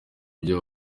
byo